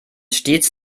stets